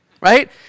right